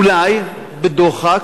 אולי, בדוחק,